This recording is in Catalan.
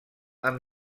amb